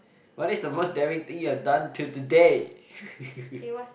what is the most daring thing you have done till today